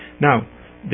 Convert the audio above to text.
Now